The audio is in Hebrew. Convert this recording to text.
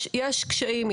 יש קשיים,